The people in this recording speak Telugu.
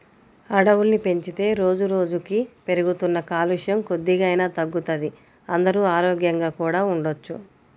అడవుల్ని పెంచితే రోజుకి రోజుకీ పెరుగుతున్న కాలుష్యం కొద్దిగైనా తగ్గుతది, అందరూ ఆరోగ్యంగా కూడా ఉండొచ్చు